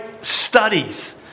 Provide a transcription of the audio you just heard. studies